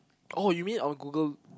oh you mean on Google